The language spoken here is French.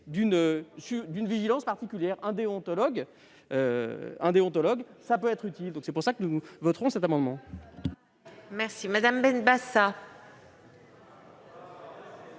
d'une vigilance particulière. Un déontologue peut être utile. C'est la raison pour laquelle nous voterons cet amendement.